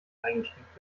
eingeschränkt